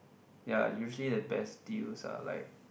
ya usually the best deals are like